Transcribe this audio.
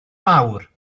mawr